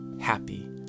happy